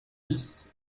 dix